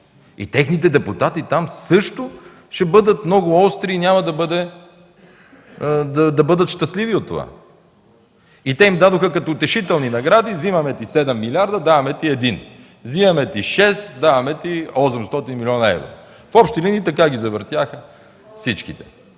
Техните депутати там също ще бъдат много остри и няма да бъдат щастливи от това. Те им дадоха като утешителни награди: взимаме ти седем милиарда – даваме ти един; взимаме ти шест – даваме ти 800 млн. евро. В общи линии така ги завъртяха всичките.